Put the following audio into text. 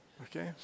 Okay